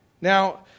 Now